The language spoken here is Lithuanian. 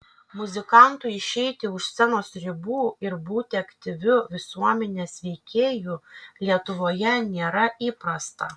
muzikantui išeiti už scenos ribų ir būti aktyviu visuomenės veikėju lietuvoje nėra įprasta